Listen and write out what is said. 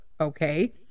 Okay